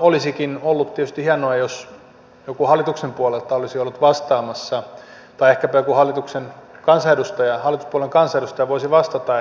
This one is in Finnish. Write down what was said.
olisikin ollut tietysti hienoa jos joku hallituksen puolelta olisi ollut vastaamassa tai ehkäpä joku hallituspuolueen kansanedustaja voisi vastata